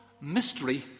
Mystery